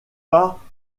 pas